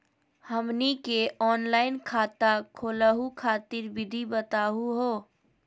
हमनी के ऑनलाइन खाता खोलहु खातिर विधि बताहु हो?